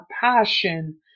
passion